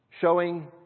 Showing